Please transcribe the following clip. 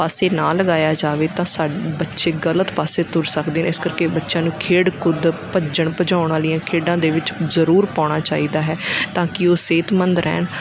ਪਾਸੇ ਨਾ ਲਗਾਇਆ ਜਾਵੇ ਤਾਂ ਸਾਡੇ ਬੱਚੇ ਗਲਤ ਪਾਸੇ ਤੁਰ ਸਕਦੇ ਨੇ ਇਸ ਕਰਕੇ ਬੱਚਿਆਂ ਨੂੰ ਖੇਡ ਕੁੱਦ ਭੱਜਣ ਭਜਾਉਣ ਵਾਲੀਆਂ ਖੇਡਾਂ ਦੇ ਵਿੱਚ ਜ਼ਰੂਰ ਪਾਉਣਾ ਚਾਹੀਦਾ ਹੈ ਤਾਂ ਕਿ ਉਹ ਸਿਹਤਮੰਦ ਰਹਿਣ